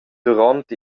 duront